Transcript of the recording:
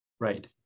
Right